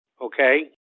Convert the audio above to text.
okay